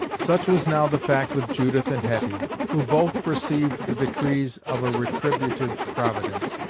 such was now the fact with judith and hetty, who both perceived the decrees of a retributive providence,